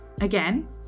Again